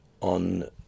on